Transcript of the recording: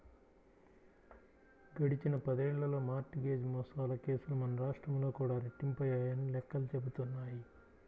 గడిచిన పదేళ్ళలో mortgage మోసాల కేసులు మన రాష్ట్రంలో కూడా రెట్టింపయ్యాయని లెక్కలు చెబుతున్నాయి